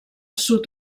sud